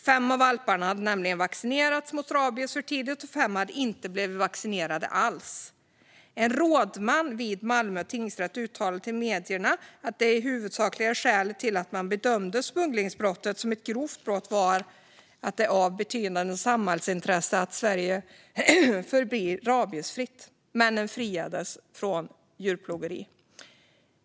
Fem av valparna hade nämligen vaccinerats mot rabies för tidigt, och fem hade inte blivit vaccinerade alls. En rådman vid Malmö tingsrätt uttalade till medierna att det huvudsakliga skälet till att man bedömde smugglingsbrottet som ett grovt brott var att det är av betydande samhällsintresse att Sverige förblir rabiesfritt. Männen friades från misstankarna om djurplågeri.